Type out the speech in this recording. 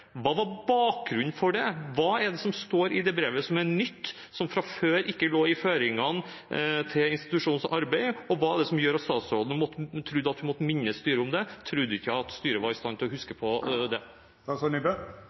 Hva var bakgrunnen for det? Hva er det som står i det brevet som er nytt, og som ikke fra før lå i føringene for institusjonens arbeid? Og hva er det som gjør at statsråden trodde at hun måtte minne styret om det? Trodde hun ikke at styret var i stand til å huske